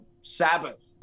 Sabbath